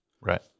Right